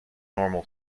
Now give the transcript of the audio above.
normal